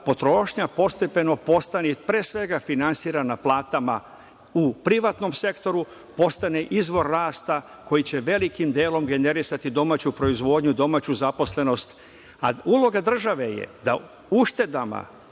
potrošnja postepeno postane, pre svega finansirana platama u privatnom sektoru, postane izvor rasta koji će velikim delom generisati domaću proizvodnju, domaću zaposlenost, a uloga države je da uštedama